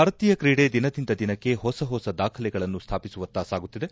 ಭಾರತೀಯ ಕ್ರೀಡೆ ದಿನದಿಂದ ದಿನಕ್ಕೆ ಹೊಸ ದಾಖಲೆಗಳನ್ನು ಸ್ವಾಪಿಸುವತ್ತ ಸಾಗುತ್ತಿದೆ